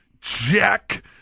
Jack